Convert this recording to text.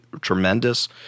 tremendous